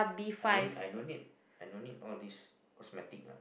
I don't I don't need I don't need all these cosmetic lah